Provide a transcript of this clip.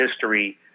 history